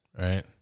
right